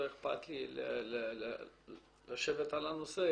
לא אכפת לי לשבת על הנושא.